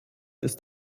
ist